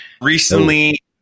Recently